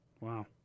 Wow